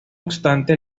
obstante